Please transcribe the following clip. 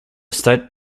state